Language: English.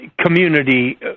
community